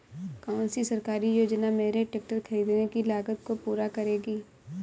कौन सी सरकारी योजना मेरे ट्रैक्टर ख़रीदने की लागत को पूरा करेगी?